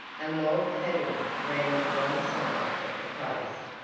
and, while tavia ran to one side of the place,